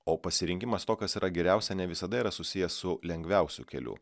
o pasirinkimas to kas yra geriausia ne visada yra susijęs su lengviausiu keliu